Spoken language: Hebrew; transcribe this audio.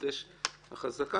החזקה,